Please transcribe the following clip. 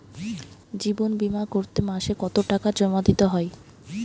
জীবন বিমা করতে মাসে কতো টাকা জমা দিতে হয়?